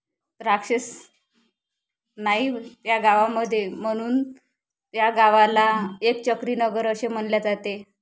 राक्षस नाही या गावामध्ये म्हणून या गावाला एकचक्री नगर असे म्हणलं जाते